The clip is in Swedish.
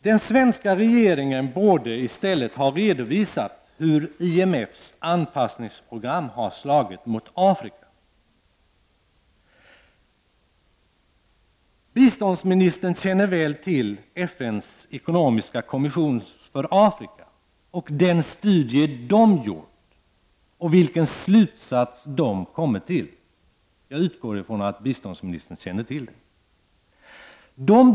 Den svenska regeringen borde i stället ha redovisat hur IMFs anpassningsprogram har slagit mot Afrika. Biståndsministern känner väl till FN:s ekonomiska kommission för Afrika och den studie kommissionen har gjort och den slutsats som den kommit fram till? Jag utgår från att biståndsministern känner till den.